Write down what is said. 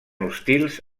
hostils